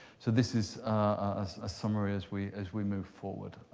so this is a summary as we as we move forward.